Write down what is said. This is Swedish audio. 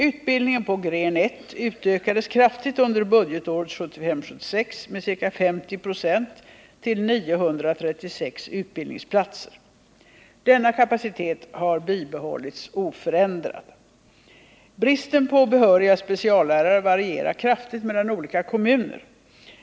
Utbildningen på gren 1 utökades kraftigt under budgetåret 1975/76 med ca 50 96 till 936 utbildningsplatser. Denna kapacitet har behållits oförändrad. Bristen på behöriga speciallärare varierar kraftigt mellan olika kommuner.